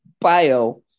bio